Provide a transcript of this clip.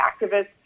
activists